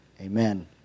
Amen